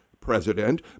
president